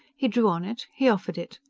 he drew on it. he offered it.